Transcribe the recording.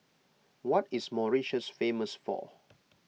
what is Mauritius famous for